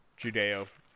judeo